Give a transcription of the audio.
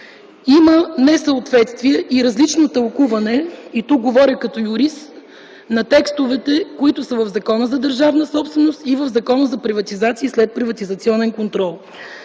Има несъответствие и различно тълкуване – тук говоря като юрист – на текстовете в Закона за държавната собственост и Закона за приватизация и следприватизационен контрол.